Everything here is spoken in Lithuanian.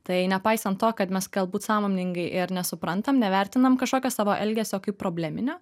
tai nepaisant to kad mes galbūt sąmoningai ir nesuprantam nevertinam kažkokio savo elgesio kaip probleminio